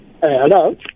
hello